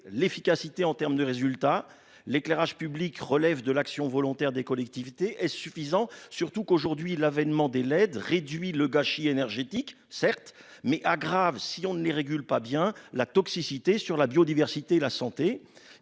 l'efficacité en termes de résultats l'éclairage public, relève de l'action volontaire des collectivités. Est-ce suffisant, surtout qu'aujourd'hui l'avait demandé l'aide réduit le gâchis énergétique certes mais aggrave si on ne les pas bien la toxicité sur la biodiversité, la santé,